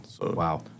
Wow